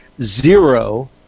zero